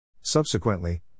Subsequently